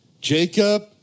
Jacob